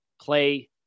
play